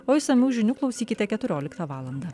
o išsamių žinių klausykite keturioliktą valandą